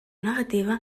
negativa